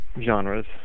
Genres